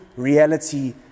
reality